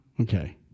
Okay